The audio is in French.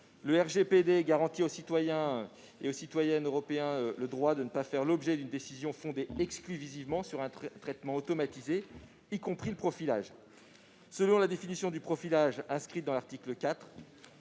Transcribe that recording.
(RGPD) garantit aux citoyennes et aux citoyens européens « le droit de ne pas faire l'objet d'une décision fondée exclusivement sur un traitement automatisé, y compris le profilage », selon la définition du profilage inscrite à l'article 4